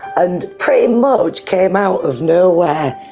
and pretty much came out of nowhere.